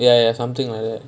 ya ya ya something like that